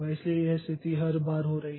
इसलिए यह स्थिति हर बार हो रही है